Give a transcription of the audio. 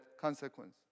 consequence